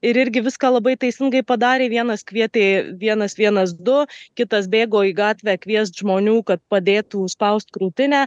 ir irgi viską labai teisingai padarė vienas kvietė vienas vienas du kitas bėgo į gatvę kviest žmonių kad padėtų spaust krūtinę